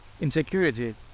insecurity